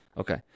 Okay